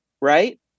right